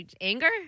Anger